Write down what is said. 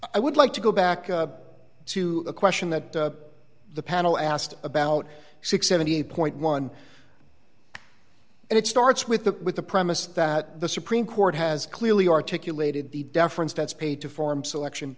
i would like to go back to the question that the panel asked about six hundred and seventy eight point one and it starts with that with the premise that the supreme court has clearly articulated the deference that's paid to form selection